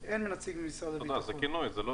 בסך הכול, לחציון א'